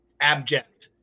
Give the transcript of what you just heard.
abject